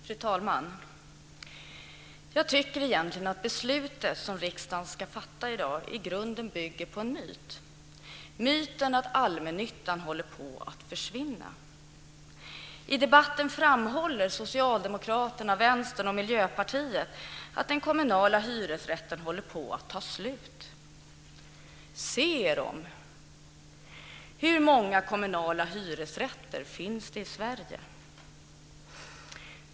Fru talman! Jag tycker att det beslut som riksdagen i dag ska fatta i grunden bygger på en myt - myten att allmännyttan håller på att försvinna. I debatten framhåller Socialdemokraterna, Vänstern och Miljöpartiet att den kommunala hyresrätten håller på att ta slut. Ser deras företrädare hur många kommunala hyresrätter som finns i Sverige?